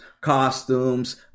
costumes